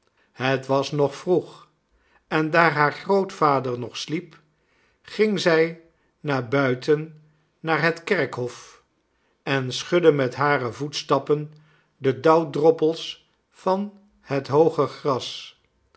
het was nog vroeg en daar haar grootvader nog sliep ging zij naar buiten naar het kerkhof en schudde met hare voetstappen de dauwdroppels van het hooge gras